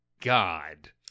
god